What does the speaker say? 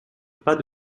pas